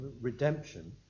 redemption